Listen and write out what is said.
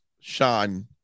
Sean